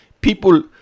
People